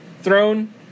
throne